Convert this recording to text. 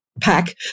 Pack